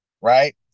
right